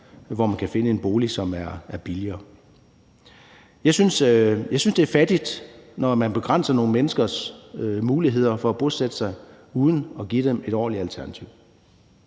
hvor man kan finde en bolig, som er billigere. Jeg synes, det er fattigt, når man begrænser nogle menneskers muligheder for at bosætte sig uden at give dem et ordentligt alternativ.